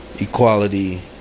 equality